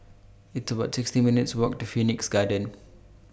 It's about sixty minutes' Walk to Phoenix Garden